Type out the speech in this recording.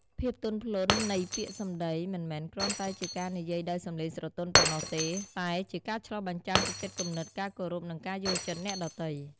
ភាពទន់ភ្លន់នៃពាក្យសម្ដី មិនមែនគ្រាន់តែជាការនិយាយដោយសំឡេងស្រទន់ប៉ុណ្ណោះទេ តែជាការឆ្លុះបញ្ចាំងពីចិត្តគំនិត ការគោរព និងការយល់ចិត្តអ្នកដទៃ។